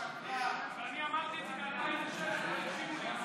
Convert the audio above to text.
אבל אני אמרתי את זה ב-2006 ולא הקשיבו לי,